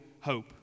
hope